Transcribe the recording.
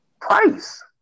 price